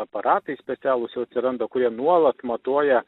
aparatai specialūs jau atsiranda kurie nuolat matuoja